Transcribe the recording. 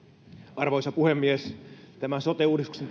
arvoisa puhemies tämän sote uudistuksen